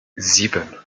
sieben